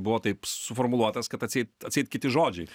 buvo taip suformuluotas kad atseit atseit kiti žodžiai